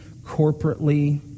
corporately